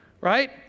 right